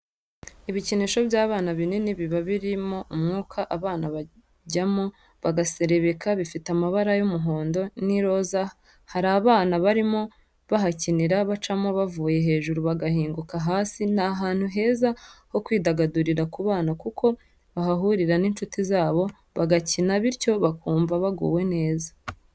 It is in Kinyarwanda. Ibikinisho by'abana binini biba birimo umwuka abana bajyamo bagaserebeka, bifite amabara y'umuhondo n'iroza hari abana barimo bahakinira bacamo bavuye hejuru bagahinguka hasi ni ahantu heza ho kwidagadurira ku bana kuko bahahurira n'inshuti zabo bagakina bityo bakumva baguwe neza.